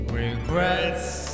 Regrets